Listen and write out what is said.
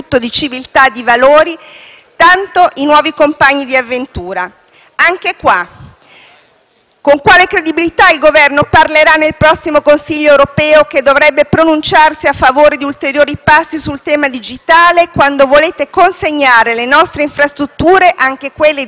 con quale credibilità il Governo parlerà nel prossimo Consiglio europeo, che dovrebbe pronunciarsi a favore di ulteriori passi sul tema digitale, quando volete consegnare le nostre infrastrutture, anche quelle digitali, in mano ad una potenza straniera. *(Applausi dal Gruppo FI-BP)*. Ma sapete che cos'è l'interesse nazionale?